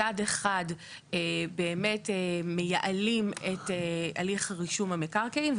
מצד אחד באמת מייעלים את הליך רישום המקרקעין,